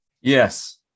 Yes